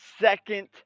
second